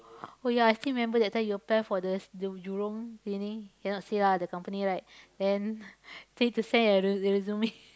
oh ya I still remember that time you apply for the the Jurong cleaning cannot say lah the company right then need to send your resu~ resume